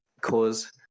cause